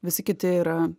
visi kiti yra